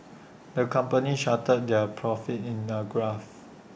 the company charted their profits in A graph